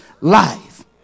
life